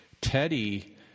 Teddy